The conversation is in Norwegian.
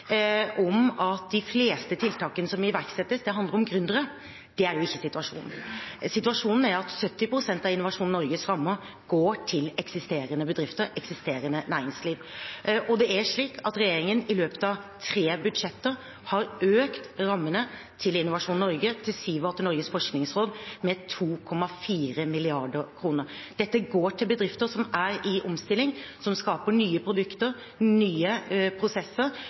om at de fleste tiltakene som iverksettes, handler om gründere. Det er jo ikke situasjonen. Situasjonen er at 70 pst. av Innovasjon Norges rammer går til eksisterende bedrifter, eksisterende næringsliv. Det er slik at regjeringen i løpet av tre budsjetter har økt rammene til Innovasjon Norge, til Siva og til Norges forskningsråd med 2,4 mrd. kr. Dette går til bedrifter som er i omstilling, som skaper nye produkter, nye prosesser,